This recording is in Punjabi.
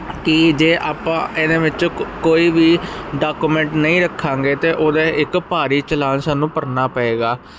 ਕੀ ਜੇ ਆਪਾਂ ਇਹਦੇ ਵਿੱਚ ਕੋਈ ਵੀ ਡਾਕੂਮੈਂਟ ਨਹੀਂ ਰੱਖਾਂਗੇ ਅਤੇ ਉਹਦੇ ਇੱਕ ਭਾਰੀ ਚਲਾਨ ਸਾਨੂੰ ਭਰਨਾ ਪਏਗਾ